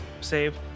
save